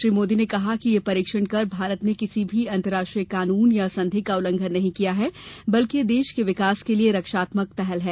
श्री मोदी ने कहा कि यह परीक्षण कर भारत ने किसी भी अंतर्राष्ट्रीय कानून या संधि का उल्लंघन नहीं किया है बल्कि यह देश के विकास के लिए रक्षात्मक पहल है